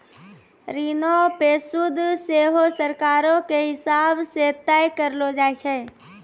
ऋणो पे सूद सेहो सरकारो के हिसाब से तय करलो जाय छै